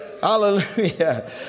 Hallelujah